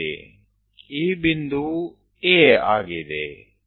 આ લંબચોરસ માટેના બિંદુઓ ABCD છે